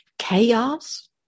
Chaos